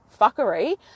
fuckery